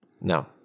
no